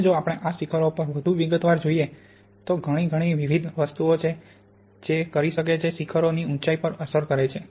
હવે જો આપણે આ શિખરો પર વધુ વિગતવાર જોઈએ તો ઘણી ઘણી વિવિધ વસ્તુઓ છે જે કરી શકે છે શિખરો ની ઊંચાઈ પર અસર કરે છે